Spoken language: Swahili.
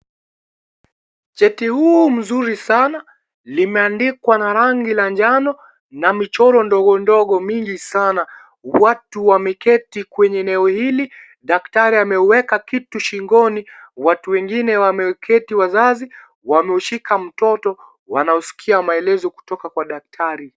Cheti huu mzuri sana, limeandikwa na rangi la njano na michoro ndogo ndogo mingi Sana. Watu wameketi kwenye eneo hili. Daktari ameweka kitu shingoni. Watu wengine wameketi, wazazi wameushika mtoto wanaosikia maelezo kutoka kwa daktari.